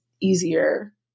easier